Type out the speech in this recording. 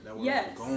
Yes